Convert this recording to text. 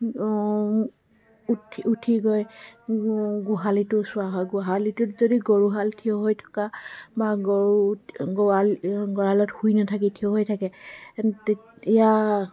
উঠি উঠি গৈ গোহালিটো চোৱা হয় গোহালিটোত যদি গৰুহাল থিয় হৈ থকা বা গৰু গৰা গড়ালত শুই নাথাকি থিয় হৈ থাকে তেতিয়া